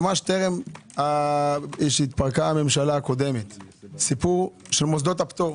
טרם התפרקה הממשלה הקודמת, סיפור מוסדות הפטור.